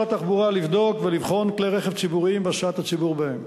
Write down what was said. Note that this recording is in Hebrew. התחבורה לבדוק ולבחון כלי-רכב ציבוריים והסעת הציבור בהם.